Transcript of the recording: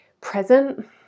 present